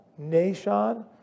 Nashon